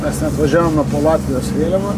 mes net važiavome po latvijos vėliava